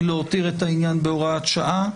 היא להותיר את העניין בהוראת שעה,